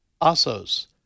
Assos